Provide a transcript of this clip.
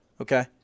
okay